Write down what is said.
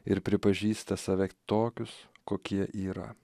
ir pripažįsta save tokius kokie yra